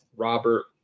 Robert